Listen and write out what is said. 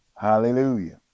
hallelujah